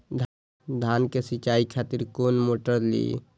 धान के सीचाई खातिर कोन मोटर ली?